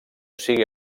sigui